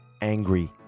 angry